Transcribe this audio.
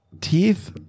Teeth